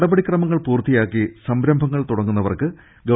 നടപടിക്രമങ്ങൾ പൂർത്തിയാക്കി സംരംഭങ്ങൾ തൂടങ്ങുന്നവർക്ക് ഗവ